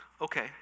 Okay